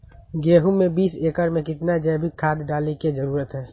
गेंहू में बीस एकर में कितना जैविक खाद डाले के जरूरत है?